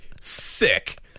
sick